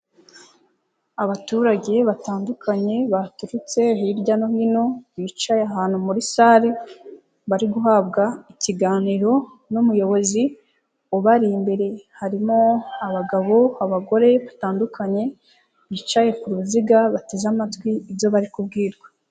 Abaturage batandukanye baturutse hirya no hino, bicaye ahantu muri sale bari guhabwa ikiganiro n'umuyobozi ubari imbere, harimo abagabo, abagore, batandukanye bicaye ku ruziga bateze amatwi ibyo bari kubwirwa.